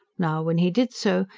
now, when he did so,